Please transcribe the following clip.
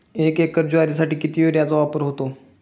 एक एकर ज्वारीसाठी किती युरियाचा वापर होतो?